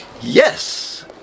Yes